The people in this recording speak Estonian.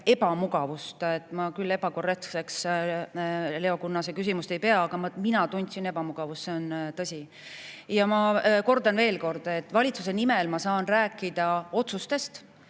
ebamugavust. Ma küll ebakorrektseks Leo Kunnase küsimust ei pea, aga mina tundsin ebamugavust, see on tõsi. Ja ma kordan veel kord, et valitsuse nimel ma saan rääkida otsustest,